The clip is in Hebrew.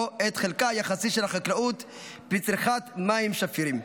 את חלקה היחסי של החקלאות בצריכת מים שפירים.